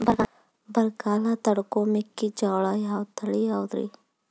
ಬರಗಾಲ ತಡಕೋ ಮೆಕ್ಕಿಜೋಳ ತಳಿಯಾವುದ್ರೇ?